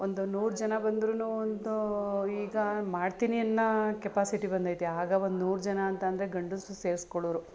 ಒಂದು ನೂರು ಜನ ಬಂದರೂನು ಒಂದು ಈಗ ಮಾಡ್ತೀನಿ ಅನ್ನೋ ಕೆಪಾಸಿಟಿ ಬಂದೈತೆ ಆಗ ಒಂದು ನೂರು ಜನ ಅಂತ ಅಂದ್ರೆ ಗಂಡಸರೂ ಸೇರಿಸ್ಕೊಳ್ಳೋರು